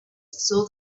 saw